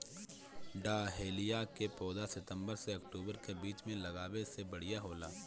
dahlia के पौधा सितंबर से अक्टूबर के बीच में लागावे से बढ़िया होला